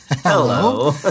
Hello